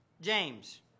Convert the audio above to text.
James